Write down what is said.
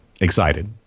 Excited